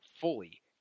fully